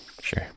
Sure